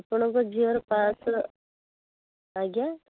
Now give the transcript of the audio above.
ଆପଣଙ୍କ ଝିଅର ପାଂଶହ ଆଜ୍ଞା